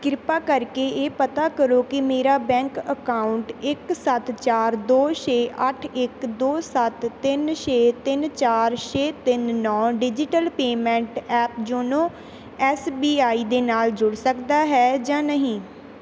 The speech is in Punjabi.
ਕਿਰਪਾ ਕਰਕੇ ਇਹ ਪਤਾ ਕਰੋ ਕਿ ਮੇਰਾ ਬੈਂਕ ਅਕਾਊਂਟ ਇੱਕ ਸੱਤ ਚਾਰ ਦੋ ਛੇ ਅੱਠ ਇੱਕ ਦੋ ਸੱਤ ਤਿੰਨ ਛੇ ਤਿੰਨ ਚਾਰ ਛੇ ਤਿੰਨ ਨੌ digital payment app YONO S B I ਦੇ ਨਾਲ ਜੁੜ ਸਕਦਾ ਹੈ ਜਾਂ ਨਹੀਂ